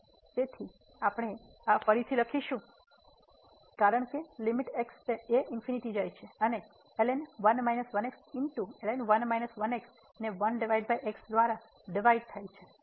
છે તેથી આપણે આ ફરીથી લખીશું કારણ કે લીમીટ x ∞ જાય છે અને ને 1 x દ્વારા ડિવાઈડ થાય છે